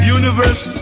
universe